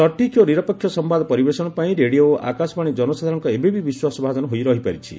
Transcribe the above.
ସଠିକ୍ ଓ ନିରପେକ୍ଷ ସମ୍ଭାଦ ପରିବେଷଣ ପାଇଁ ରେଡିଓ ଏବଂ ଆକାଶବାଣୀ ଜନସାଧାରଣଙ୍କ ଏବେ ବି ବିଶ୍ୱାସଭାଜନ ହୋଇ ରହିପାରିଛି